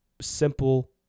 simple